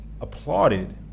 applauded